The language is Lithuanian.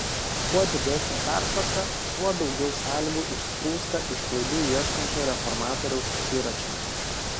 kuo didesnė pertvarka tuo daugiau sąlygų išsprūsta iš klaidų ieškančio reformatoriaus akiračio